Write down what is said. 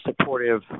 supportive